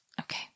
Okay